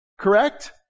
Correct